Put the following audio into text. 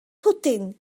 pwdin